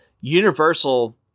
Universal